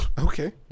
okay